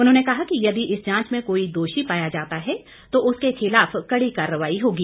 उन्होंने कहा कि यदि इस जांच में कोई दोषी पाया जाता है तो उसके खिलाफ कड़ी कार्रवाई होगी